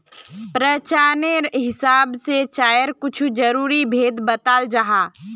प्रचालानेर हिसाब से चायर कुछु ज़रूरी भेद बत्लाल जाहा